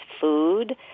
food